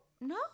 no